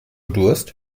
durst